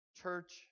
Church